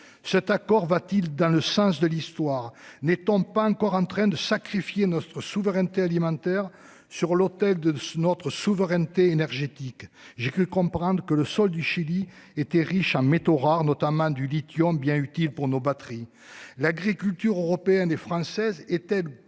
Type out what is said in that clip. Cet accord va-t-il dans le sens de l'histoire n'étant pas encore en train de sacrifier notre souveraineté alimentaire sur l'autel de notre souveraineté énergétique. J'ai cru comprendre que le sol du Chili était riches en métaux rares notamment du lithium bien utile pour nos batteries l'agriculture européenne et française est